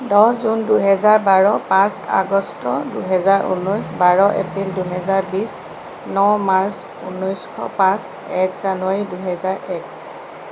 দহ জুন দুহেজাৰ বাৰ পাঁচ আগষ্ট দুহেজাৰ ঊনৈছ বাৰ এপ্ৰিল দুহেজাৰ বিছ ন মাৰ্চ ঊনৈছশ পাঁচ এক জানুৱাৰী দুহেজাৰ এক